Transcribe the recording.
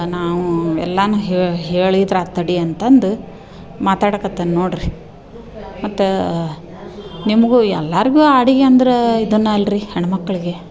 ನಾವು ಎಲ್ಲನೂ ಹೇಳಿದ್ರೆ ಆಯ್ತ್ ಅಡಿ ಅಂತಂದು ಮಾತಾಡಕತ್ತೇನೆ ನೋಡಿರಿ ಮತ್ತು ನಿಮ್ಗೆ ಎಲ್ಲರ್ಗೂ ಅಡಿಗೆ ಅಂದ್ರೆ ಇದೇನೇ ಅಲ್ರಿ ಹೆಣ್ಮಕ್ಳಿಗೆ